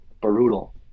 brutal